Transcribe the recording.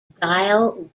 dial